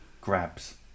Grabs